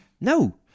no